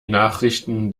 nachrichten